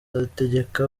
ategeka